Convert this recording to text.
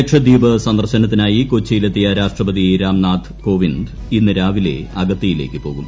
ലക്ഷദ്വീപ് സന്ദർശനത്തിനായി കൊച്ചിയിൽ എത്തിയ രാഷ്ട്രപതി രാം നാഥ് കോവിന്ദ് ഇന്ന് രാവിലെ അഗത്തിയിലേക്ക് പോകും